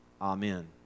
Amen